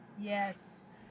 Yes